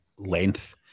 length